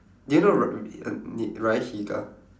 do you know ry~ ryan-higa